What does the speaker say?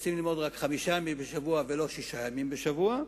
רוצים ללמוד רק חמישה ימים בשבוע ולא שישה ימים בשבוע,